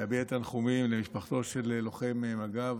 להביע תנחומים למשפחתו של לוחם מג"ב,